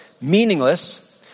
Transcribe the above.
meaningless